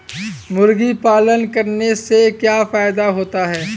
मुर्गी पालन करने से क्या फायदा होता है?